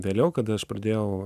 vėliau kada pradėjau